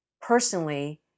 personally